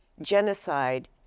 genocide